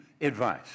advice